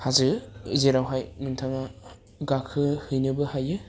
हाजो जेरावहाय नोंथाङा गाखोहैनोबो हायो